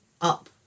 up